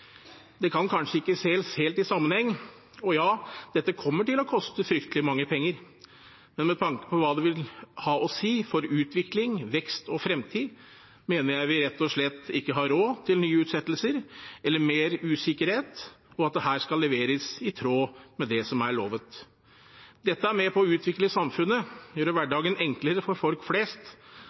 Det kan kanskje ikke ses helt i sammenheng, og ja, dette kommer til å koste fryktelig mye penger. Men med tanke på hva det vil ha å si for utvikling, vekst og fremtid, mener jeg vi rett og slett ikke har råd til nye utsettelser eller mer usikkerhet, og at det her skal leveres i tråd med det som er lovet. Dette er med på å utvikle samfunnet, gjøre hverdagen enklere for folk flest